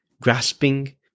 grasping